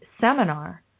seminar